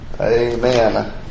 amen